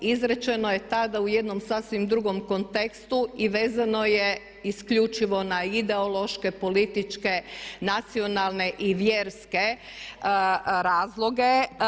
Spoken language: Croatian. Izrečeno je tada u jednom sasvim drugom kontekstu i vezano je isključivo na ideološke, političke, nacionalne i vjerske razloge.